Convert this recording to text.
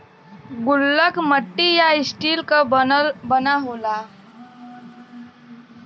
गुल्लक मट्टी या स्टील क बना होला